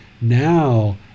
now